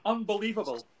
Unbelievable